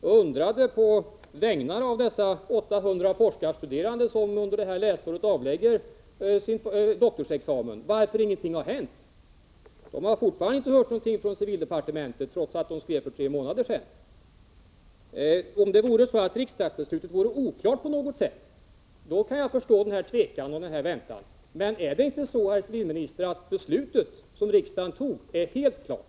SFS undrade, på de 800 forskarstuderandes vägnar som under detta läsår avlägger sin doktorsexamen, varför ingenting har hänt. SFS har fortfarande inte hört någonting från civildepartementet, trots att skrivelsen lämnades för tre månader sedan. Om det vore så att riksdagsbeslutet var oklart på något sätt, då skulle jag kunna förstå att regeringen tvekar och ärendet dröjer. Men är det inte så, herr civilminister, att riksdagens beslut är helt klart?